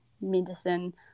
medicine